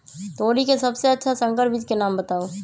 तोरी के सबसे अच्छा संकर बीज के नाम बताऊ?